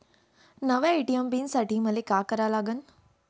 नव्या ATM PIN साठी मले का करा लागन?